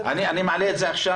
אני מעלה את זה עכשיו.